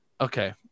Okay